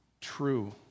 true